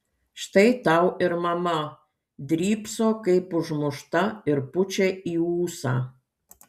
štai tau ir mama drybso kaip užmušta ir pučia į ūsą